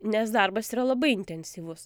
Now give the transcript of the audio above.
nes darbas yra labai intensyvus